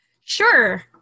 Sure